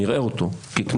נראה אותו ככנסת,